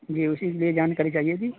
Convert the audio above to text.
جی اسی کے لیے جانکاری چاہیے تھی